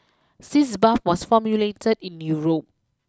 Sitz Bath was formulated in Europe